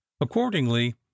accordingly